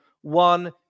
one